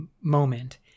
moment